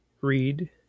read